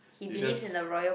it's just